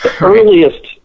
earliest